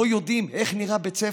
לא יודעים איך נראה בית ספר.